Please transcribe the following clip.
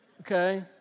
Okay